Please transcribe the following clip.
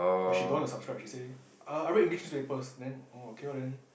but she don't want to subscribe she say uh I read English newspapers oh okay lor then